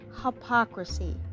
hypocrisy